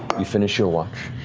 but you finish your watch,